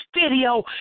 video